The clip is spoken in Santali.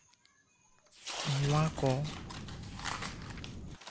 ᱱᱚᱶᱟ ᱠᱚ